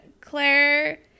Claire